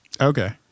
Okay